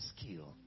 skill